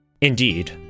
Indeed